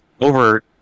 over